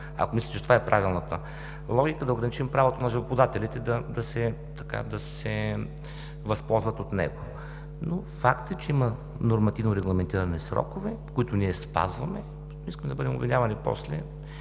Ако мислите, че това е правилната логика, нека да ограничим правото на жалбоподателите да се възползват от него. Но факт е, че има нормативно регламентирани срокове, които ние спазваме. Не искаме да бъдем обвинявани после